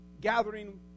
gathering